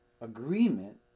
Agreement